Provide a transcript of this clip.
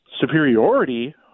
superiority